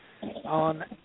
on